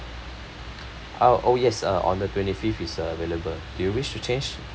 uh oh yes uh on the twenty fifth is available do you wish to change